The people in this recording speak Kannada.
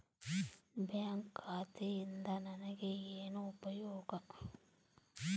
ಬ್ಯಾಂಕ್ ಖಾತೆಯಿಂದ ನನಗೆ ಏನು ಉಪಯೋಗ?